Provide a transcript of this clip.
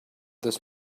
this